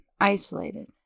isolated